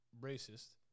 racist